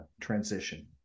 transition